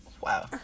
Wow